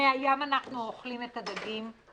מהים אנחנו אוכלים את הדגים,